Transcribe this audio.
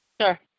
sure